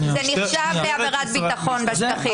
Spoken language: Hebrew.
זה נחשב עבירת ביטחון בשטחים,